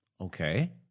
Okay